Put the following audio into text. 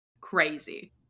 crazy